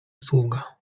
sługa